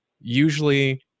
usually